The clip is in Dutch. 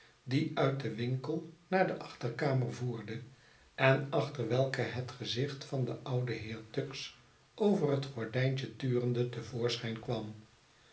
die uit den winkel naar de achterkamer voerde en aehter welke het gezicht van den ouden heer tuggs over het gordijntje turende te voorschijn kwam